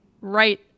right